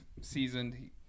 seasoned